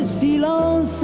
silence